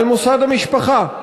על מוסד המשפחה.